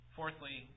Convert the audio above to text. Fourthly